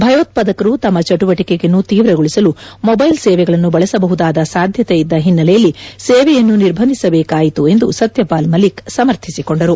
ಭಯೋತ್ವಾದಕರು ತಮ್ಮ ಚಟುವಟಿಕೆಯನ್ನು ತೀವ್ರಗೊಳಿಸಲು ಮೊಬೈಲ್ ಸೇವೆಗಳನ್ನು ಬಳಸಬಹುದಾದ ಸಾಧ್ಯತೆ ಇದ್ದ ನಿರ್ಬಂಧಿಸಬೇಕಾಯಿತು ಎಂದು ಸತ್ತಪಾಲ್ ಮಲ್ಲಿಕ್ ಸಮರ್ಥಿಸಿಕೊಂಡರು